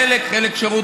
חלק,